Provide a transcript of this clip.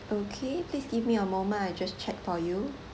okay please give me a moment I just check for you